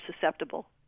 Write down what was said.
susceptible